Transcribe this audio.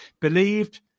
believed